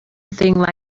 thing